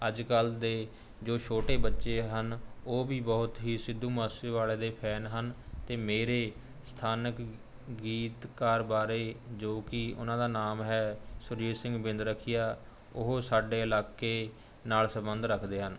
ਅੱਜ ਕੱਲ੍ਹ ਦੇ ਜੋ ਛੋਟੇ ਬੱਚੇ ਹਨ ਉਹ ਵੀ ਬਹੁਤ ਹੀ ਸਿੱਧੂ ਮੁਸੇਵਾਲੇ ਦੇ ਫੈਨ ਹਨ ਅਤੇ ਮੇਰੇ ਸਥਾਨਕ ਗੀਤਕਾਰ ਬਾਰੇ ਜੋ ਕਿ ਉਨ੍ਹਾਂ ਦਾ ਨਾਮ ਹੈ ਸੁਰਜੀਤ ਸਿੰਘ ਬਿਦਰਖੀਆ ਉਹ ਸਾਡੇ ਇਲਾਕੇ ਨਾਲ ਸੰਬੰਧ ਰੱਖਦੇ ਹਨ